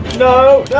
no,